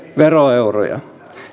veroeuroja